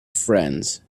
friends